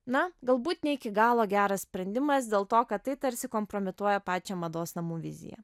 na galbūt ne iki galo geras sprendimas dėl to kad tai tarsi kompromituoja pačią mados namų viziją